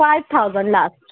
five thousand last